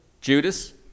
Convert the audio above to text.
Judas